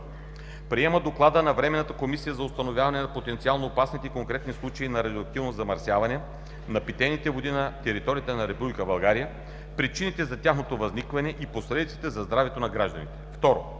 Приема Доклада на Временната комисия за установяване на потенциално опасните и конкретни случаи на радиоактивно замърсяване на питейни води на територията на Република България, причините за тяхното възникване и последиците за здравето на гражданите. 2.